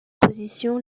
position